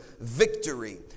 victory